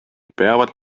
peavad